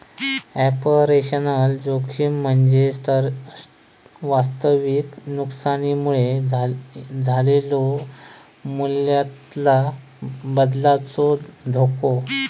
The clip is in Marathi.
ऑपरेशनल जोखीम म्हणजे वास्तविक नुकसानीमुळे झालेलो मूल्यातला बदलाचो धोको